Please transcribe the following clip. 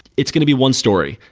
it's going to be one story.